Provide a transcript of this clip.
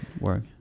Work